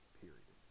period